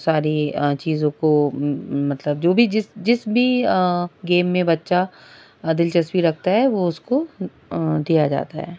ساری چیزوں کو مطلب جو بھی جس جس بھی گیم میں بچہ دلچسپی رکھتا ہے وہ اس کو دیا جاتا ہے